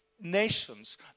nations